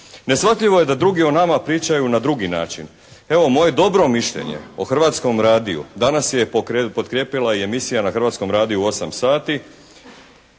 Neshvatljivo je da drugi o nama pričaju na drugi način. Evo moje dobro mišljenje o Hrvatskom radiju danas je potkrijepila i emisija na Hrvatskom radiju u 8 sati